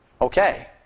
Okay